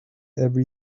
every